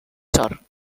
sort